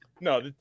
no